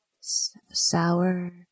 Sour